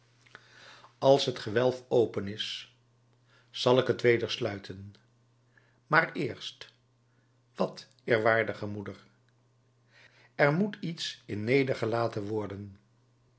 als het gewelf open is zal ik het weder sluiten maar eerst wat eerwaardige moeder er moet iets in nedergelaten worden